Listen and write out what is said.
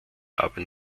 aber